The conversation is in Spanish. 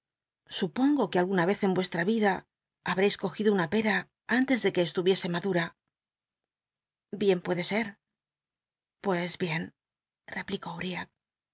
supongo que alguna vez en vueslra vida babl'cis cogido una pera antes de que estuyiese madura bien puede ser p ues bien replicó uriab eso